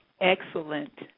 Excellent